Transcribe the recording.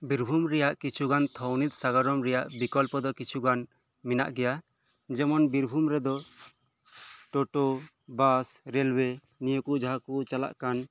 ᱵᱤᱨᱵᱷᱩᱢ ᱨᱮᱭᱟᱜ ᱠᱤᱪᱷᱩ ᱜᱟᱱ ᱛᱷᱟᱱᱤᱛ ᱥᱟᱜᱟᱲᱚᱢ ᱨᱮᱭᱟᱜ ᱵᱤᱠᱚᱞᱯᱚ ᱫᱚ ᱠᱤᱪᱷᱩ ᱜᱟᱱ ᱢᱮᱱᱟᱜ ᱜᱮᱭᱟ ᱡᱮᱢᱚᱱ ᱵᱤᱨᱵᱷᱩᱢ ᱨᱮᱫᱚ ᱴᱳᱴᱳ ᱵᱟᱥ ᱨᱮᱞᱳᱣᱮ ᱱᱤᱭᱟᱹ ᱠᱚ ᱡᱟᱦᱟᱸ ᱠᱚ ᱪᱟᱞᱟᱜ ᱠᱟᱱ